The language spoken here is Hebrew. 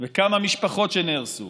וכמה משפחות שנהרסו